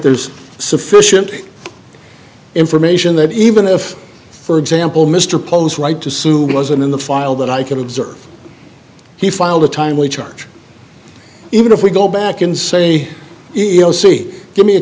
there's sufficient information that even if for example mr poe's right to sue muslim in the file that i could observe he filed a timely charge even if we go back and say give me a